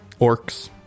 orcs